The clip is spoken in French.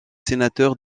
sénateur